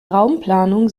raumplanung